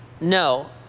No